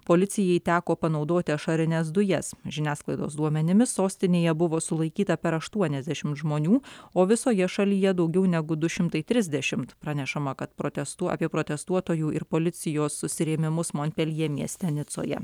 policijai teko panaudoti ašarines dujas žiniasklaidos duomenimis sostinėje buvo sulaikyta per aštuoniasdešimt žmonių o visoje šalyje daugiau negu du šimtai trisdešimt pranešama kad protestų apie protestuotojų ir policijos susirėmimus monpeljė mieste nicoje